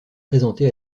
présentée